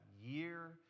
year